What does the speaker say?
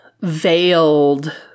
veiled